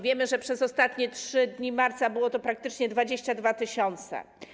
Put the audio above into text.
Wiemy, że przez ostatnie 3 dni marca było to praktycznie 22 tys.